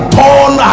turn